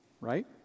right